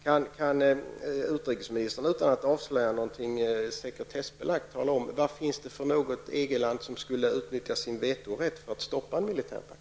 Kan utrikesministern utan att avslöja någonting sekretessbelagt tala om vad det finns för EG-land som skulle kunna utnyttja sin vetorätt för att stoppa en militärpakt?